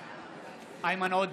בעד איימן עודה,